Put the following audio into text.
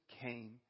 came